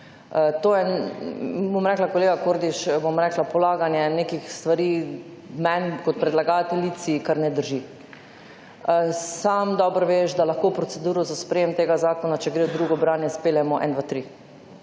To je, bom rekla, kolega Kordiš, bom rekla, polaganje nekih stvari meni kot predlagateljici, kar ne drži. Sam dobro veš, da lahko proceduro za s prejem tega zakona, če gre v drugo branje, speljemo en,